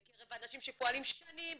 בקרב אנשים שפועלים שנים,